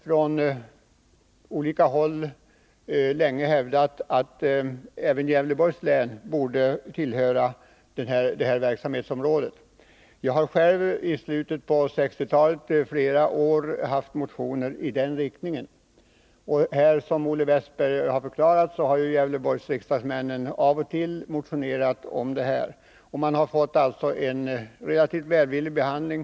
Från olika håll har länge hävdats att Gävleborgs län borde tillhöra fondens verksamhetsområde. Jag har själv i slutet av 1960-talet flera år väckt motioner med förslag i den riktningen, och som Olle Westberg i Hofors förklarat har Gävleborgsriksdagsmännen av och till motionerat om detta. Motionerna har i samtliga fall fått en relativt välvillig behandling.